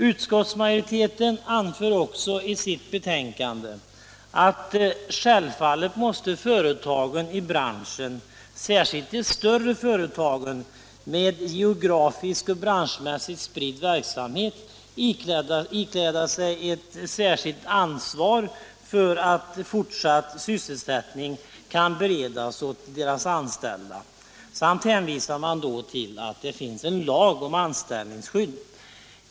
Utskottsmajoriteten anför också i sitt betänkande att ”självfallet måste företagen i branschen — särskilt de stora företagen med en både geografiskt och branschmässigt spridd verksamhet — ikläda sig ett särskilt ansvar för att fortsatt sysselsättning kan beredas åt deras anställda” samt hänvisar till att det finns en lag om anställningsskydd.